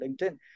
LinkedIn